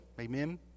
Amen